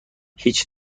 هیچ